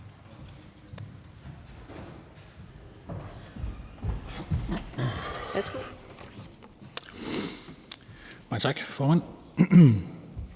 Tak